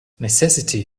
necessity